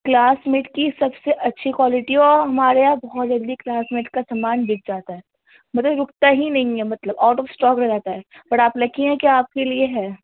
class meat کی سب سے اچھی کوالیٹی ہے اور ہمارے یہاں بہت جلدی کلاس میٹ کا سامان بک جاتا ہے مگر رکتا ہی نہیں ہے مطلب آؤٹ آف اسٹاک رہتا ہے پر آپ لکی ہیں کہ آپ کے لیے ہے